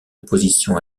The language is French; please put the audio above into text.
opposition